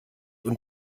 und